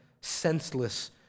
senseless